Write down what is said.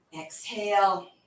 Exhale